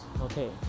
Okay